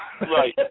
Right